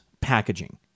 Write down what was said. packaging